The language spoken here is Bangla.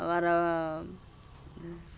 আরার